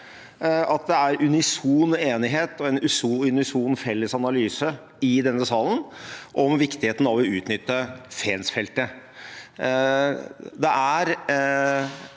at det er unison enighet og en unison felles analyse i denne salen om viktigheten av å utnytte Fensfeltet.